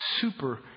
super